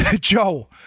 Joe